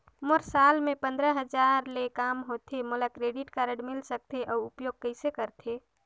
मोर साल मे पंद्रह हजार ले काम होथे मोला क्रेडिट कारड मिल सकथे? अउ उपयोग कइसे करथे?